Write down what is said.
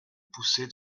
pousser